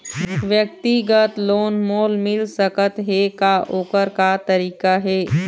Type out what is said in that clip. व्यक्तिगत लोन मोल मिल सकत हे का, ओकर का तरीका हे?